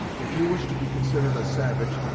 if you wish to be considered a savage,